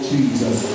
Jesus